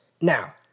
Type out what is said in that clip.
Now